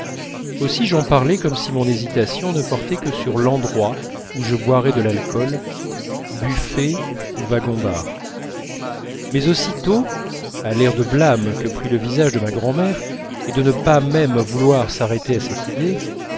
aussi j'en parlais comme si mon hésitation ne portait que sur l'endroit où je boirais de l'alcool buffet ou wagon bar mais aussitôt à l'air de blâme que prit le visage de ma grand'mère et de pas même vouloir s'arrêter à cette idée